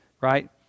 right